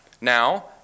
Now